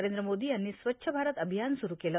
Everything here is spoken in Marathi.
नरेंद्र मोदी यांनी स्वच्छ भारत अभियान सुरु केलं